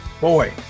Boy